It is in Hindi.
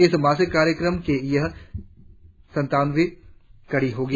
इस मासिक कार्यक्रम की यह सत्तावनवीं कड़ी होगी